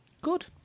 Good